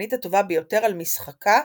לשחקנית הטובה ביותר על משחקה